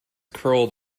curled